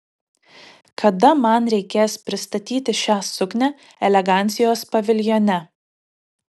kada man reikės pristatyti šią suknią elegancijos paviljone